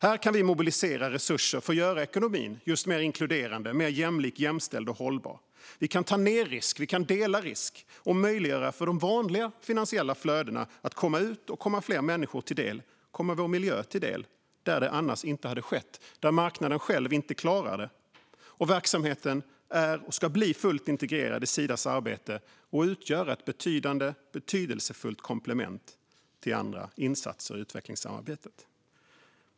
Här kan vi mobilisera resurser för att göra ekonomin just mer inkluderande, jämlik, jämställd och hållbar. Vi kan ta mer risk och dela risk och möjliggöra för de vanliga finansiella flödena att komma ut, komma fler människor till del och komma vår miljö till del där det annars inte hade skett och där marknaden själv inte klarat det. Verksamheten är och ska bli fullt integrerad i Sidas arbete och utgöra ett betydande och betydelsefullt komplement till andra insatser i utvecklingssamarbetet.